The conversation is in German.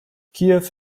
kiew